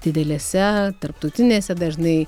didelėse tarptautinėse dažnai